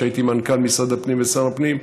כשהייתי מנכ"ל משרד הפנים ושר הפנים,